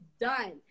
done